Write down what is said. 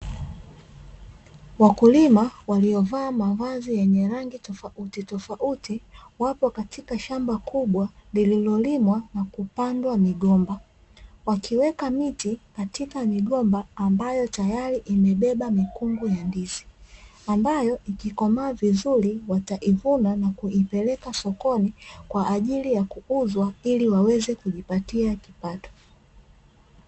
Wakulima waliyovaa mavazi yenye rangi tofautitofauti wapo katika shamba kubwa lililolimwa na kupandwa migomba, wakiweka miti katika migomba ambayo tayari imebeba mikungu ya ndizi ambayo ikikomaa vizuri wataivuna na kuipeleka sokoni kwa ajili ya kuuzwa ili waweze kujipatia kipato.